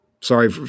Sorry